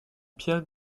pierres